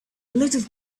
little